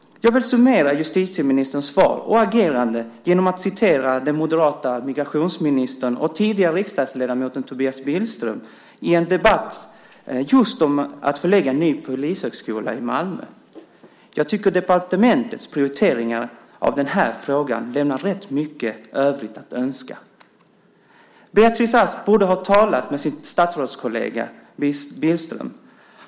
Jag vill summera justitieministerns svar och agerande genom att ta upp vad den moderata migrationsministern och tidigare riksdagsledamoten Tobias Billström sade i en debatt om att förlägga en ny polishögskola till Malmö. Han sade att han tycker att departementets prioriteringar av frågan lämnar rätt mycket övrigt att önska. Beatrice Ask borde ha talat med sin statsrådskollega Billström.